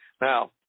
Now